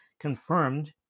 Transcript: confirmed